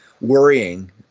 worrying